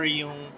yung